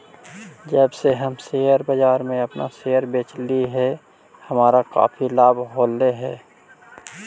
जब से हम शेयर बाजार में अपन शेयर बेचली हे हमारा काफी लाभ होलई हे